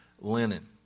linen